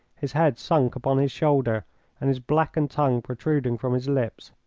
his head sunk upon his shoulder and his blackened tongue protruding from his lips.